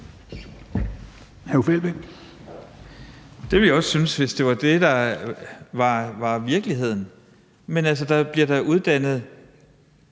Uffe Elbæk (UFG): Det ville jeg også synes, hvis det var det, der var virkeligheden. Men altså, der bliver da uddannet